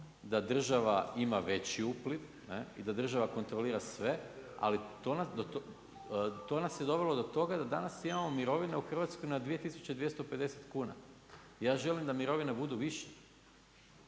da država ima veći upliv i da država kontrolira sve ali to nas je dovelo do toga da danas imamo mirovine u Hrvatskoj na 2250 kuna. Ja želim da mirovine budu više.